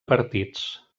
partits